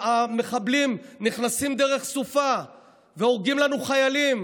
המחבלים נכנסים דרך סופה והורגים לנו חיילים